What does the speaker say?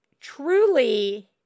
truly